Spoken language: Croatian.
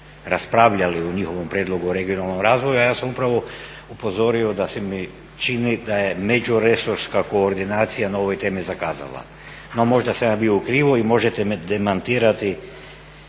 raspravljali o njihovom prijedlogu o regionalnom razvoju, a ja sam upravo upozorio da mi se čini da je međuresorska koordinacija na ovoj temi zakazala. No možda sam ja bio u krivu i možete me demantirati